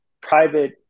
private